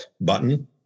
button